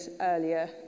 earlier